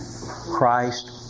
Christ